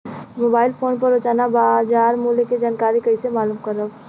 Mobile phone पर रोजाना बाजार मूल्य के जानकारी कइसे मालूम करब?